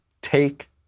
take